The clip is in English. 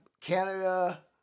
Canada